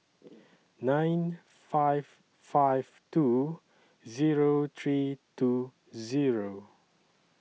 nine five five two Zero three two Zero